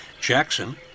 Jackson